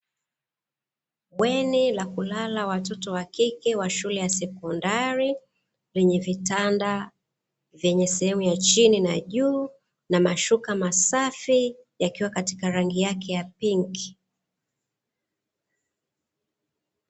Bweni la kulala watoto wa kike wa shule ya sekondari lenye vitanda vyenye sehemu ya chini na juu na mashuka masafi yenye rangi yake ya pinki.